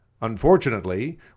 Unfortunately